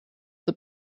the